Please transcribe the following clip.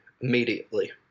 immediately